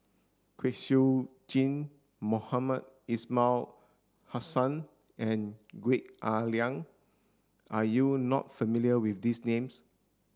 Kwek Siew Jin Mohamed Ismail Hussain and Gwee Ah Leng are you not familiar with these names